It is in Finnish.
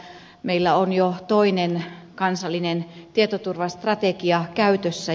meillä on jo toinen kansallinen tietoturvastrategia käytössä